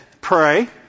Pray